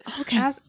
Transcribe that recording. okay